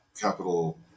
capital